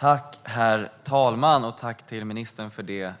Herr talman! Jag tackar ministern för